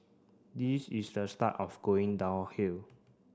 this is the start of going downhill